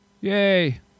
Yay